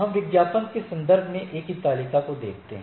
हम विज्ञापन के संदर्भ में A की तालिका को देखते हैं